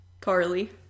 Carly